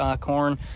corn